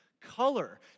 Color